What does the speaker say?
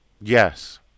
Yes